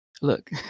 look